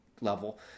level